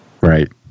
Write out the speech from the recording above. Right